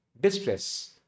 distress